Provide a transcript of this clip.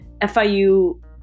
FIU